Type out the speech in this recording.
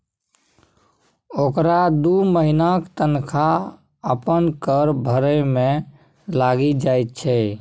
ओकरा दू महिनाक तनखा अपन कर भरय मे लागि जाइत छै